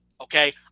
okay